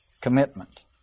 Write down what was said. commitment